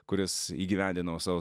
kuris įgyvendino savo